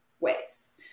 ways